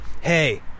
hey